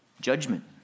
judgment